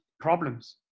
problems